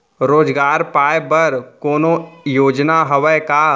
रोजगार पाए बर कोनो योजना हवय का?